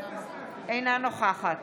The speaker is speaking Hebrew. אינה נוכחת